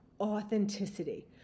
authenticity